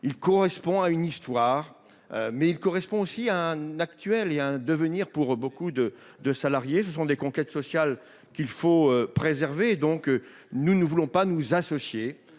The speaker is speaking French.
ils correspondent à une histoire, mais aussi à un actuel et à un avenir pour beaucoup de salariés. Ce sont des conquêtes sociales qu'il convient de préserver. Nous ne voulons pas nous associer